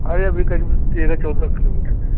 अरे अभी करीब तेरह चौदह किलोमीटर है